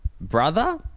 brother